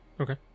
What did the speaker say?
Okay